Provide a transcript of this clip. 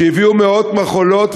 שהביאו מאות מכולות,